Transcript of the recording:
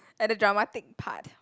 at the dramatic part